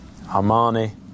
Armani